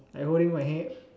like holding my hand